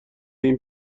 این